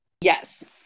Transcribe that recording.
Yes